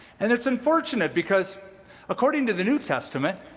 and it's unfortunate, because according to the new testament